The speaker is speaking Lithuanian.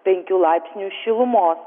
penkių laipsnių šilumos